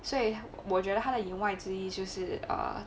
所以我觉得他的言外之意就是 err